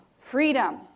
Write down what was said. freedom